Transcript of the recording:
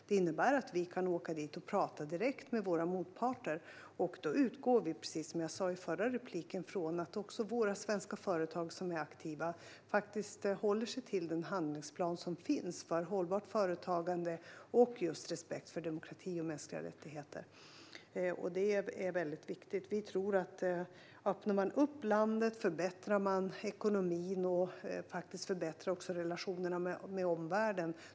Det innebär att vi kan åka dit och prata direkt med våra motparter. Då utgår vi, precis som jag sa i mitt förra inlägg, från att våra svenska företag som är aktiva håller sig till den handlingsplan som finns för hållbart företagande och respekt för demokrati och mänskliga rättigheter. Detta är viktigt. Vi tror att om man öppnar upp landet förbättras ekonomin och relationerna med omvärlden.